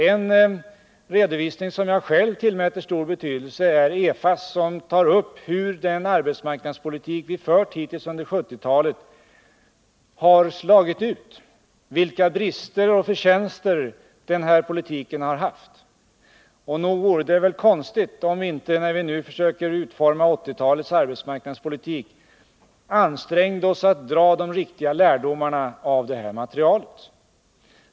En redovisning som jag själv tillmäter stor betydelse är EFA:s, som tar upp hur den arbetsmarknadspolitik som förts hittills under 1970-talet har slagit ut, vilka brister och förtjänster den haft. Och nog vore det väl konstigt om vi inte, när vi försöker utforma 1980-talets arbetsmarknadspolitik, ansträngde oss för att dra riktiga lärdomar av det materialet.